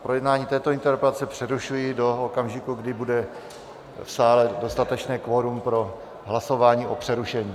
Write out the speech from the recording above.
Projednávání této interpelace přerušuji do okamžiku, kdy bude v sále dostatečné kvorum pro hlasování o přerušení.